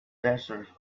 desert